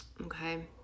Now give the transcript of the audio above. okay